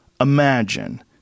imagine